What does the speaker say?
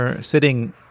sitting